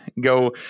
Go